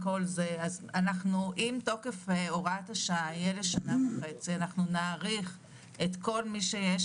אם תוקף הוראת השעה יהיה לשנה וחצי אנחנו נעריך את כל מי שיש